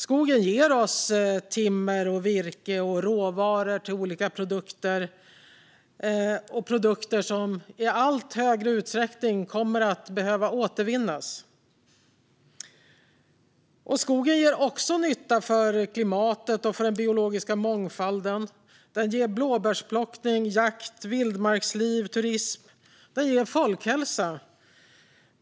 Skogen ger oss timmer och virke och råvaror till olika produkter, som i allt högre utsträckning kommer att behöva återvinnas. Skogen ger också nytta för klimatet och den biologiska mångfalden. Den ger blåbärsplockning, jakt, vildmarksliv och turism. Den ger folkhälsa.